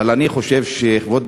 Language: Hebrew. אבל אני חושב שכבוד